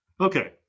Okay